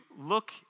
look